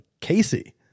Casey